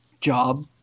job